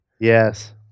yes